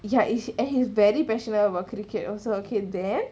ya is and he's very passionate about cricket also then